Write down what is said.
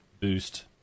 boost